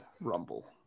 Rumble